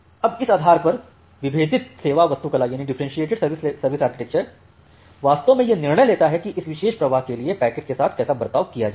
अब इस आधार पर विभेदित सेवा वास्तुकला वास्तव में यह निर्णय लेता है कि इस विशेष प्रवाह के लिए पैकेट के साथ कैसा वर्ताव किया जाए